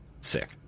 Sick